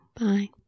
Bye